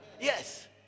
Yes